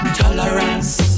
tolerance